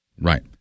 Right